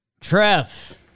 Trev